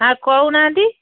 ହଁ କହୁନାହାଁନ୍ତି